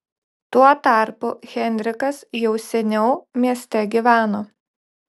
tuo tarpu henrikas jau seniau mieste gyveno